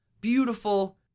beautiful